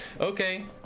okay